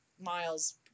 miles